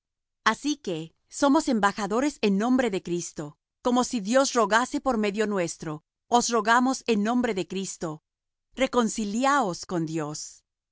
así que somos embajadores en nombre de cristo como si dios rogase por medio nuestro os rogamos en nombre de cristo reconciliaos con dios al